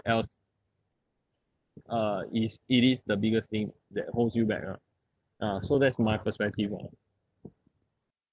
else uh is it is the biggest thing that holds you back ah ah so that's my perspective lah